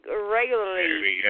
regularly